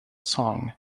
song